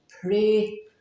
pray